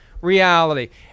reality